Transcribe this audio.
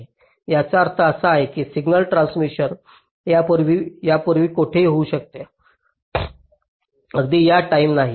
याचा अर्थ असा की सिग्नल ट्रान्समिस्सीओन यापूर्वी यापूर्वी कोठेही होऊ शकते अगदी या टाईम नाही